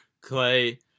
clay